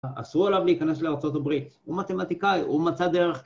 אסרו עליו להיכנס לארה״ב, הוא מתמטיקאי, הוא מצא דרך